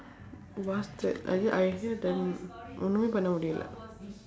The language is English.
bastard I hear I hear the ஒன்னுமே பண்ண முடியல:onnumee panna mudiyala